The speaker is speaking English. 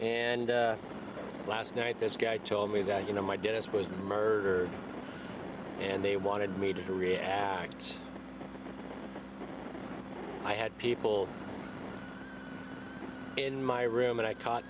and last night this guy told me that you know my dentist was murder and they wanted me to react i had people in my room and i caught